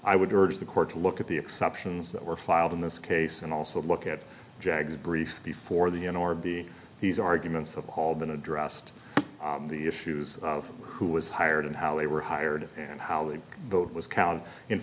i would urge the court to look at the exceptions that were filed in this case and also look at jags brief before the end or be these arguments have all been addressed the issues of who was hired and how they were hired and how they vote was counted in